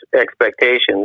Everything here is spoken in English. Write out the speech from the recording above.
expectations